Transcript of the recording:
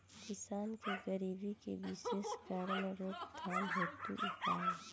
किसान के गरीबी के विशेष कारण रोकथाम हेतु उपाय?